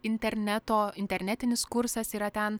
interneto internetinis kursas yra ten